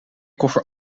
koffer